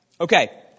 Okay